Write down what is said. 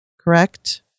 correct